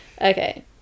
okay